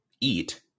eat